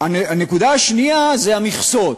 הנקודה השנייה היא המכסות.